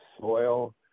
soil